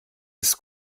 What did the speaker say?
ist